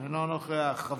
אינו נוכח.